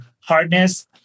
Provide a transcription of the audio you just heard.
hardness